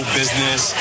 business